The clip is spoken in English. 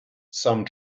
some